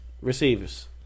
receivers